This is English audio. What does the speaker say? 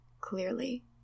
clearly